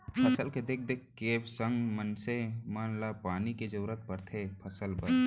फसल के देख देख के संग मनसे मन ल पानी के जरूरत परथे फसल बर